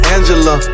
Angela